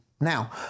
Now